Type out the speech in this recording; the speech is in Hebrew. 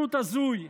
פשוט הזוי.